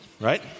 right